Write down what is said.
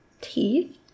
Teeth